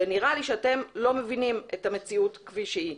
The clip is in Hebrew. נראה לי שאתם לא מבינים את המציאות כפי שהיא.